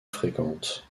fréquentes